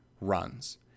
runs